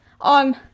on